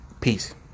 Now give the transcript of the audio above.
Peace